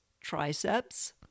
triceps